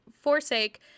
forsake